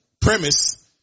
Premise